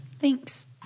Thanks